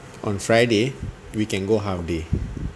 on friday we can go half day